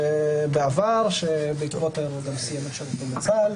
בעבר שבעקבות האירוע גם סיים את שירותו בצה"ל.